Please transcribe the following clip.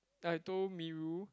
I told Miru